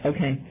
Okay